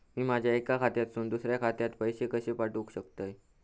मी माझ्या एक्या खात्यासून दुसऱ्या खात्यात पैसे कशे पाठउक शकतय?